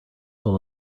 full